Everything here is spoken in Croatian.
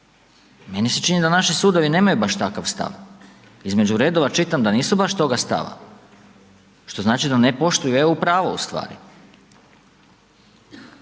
meni se čini da naši sudovi nemaju baš takav stav, između redova čitam da nisu baš toga stava što znači da ne poštuju EU pravo ustvari.